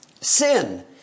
Sin